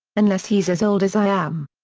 unless he's as old as i am.